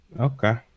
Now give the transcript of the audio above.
Okay